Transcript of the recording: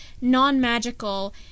non-magical